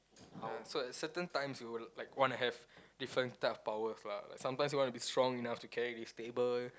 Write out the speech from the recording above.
so at certain times you will wanna have different type of power lah like sometimes you wanna be strong enough to carry this table